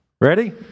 Ready